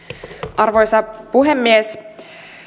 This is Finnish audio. arvoisa puhemies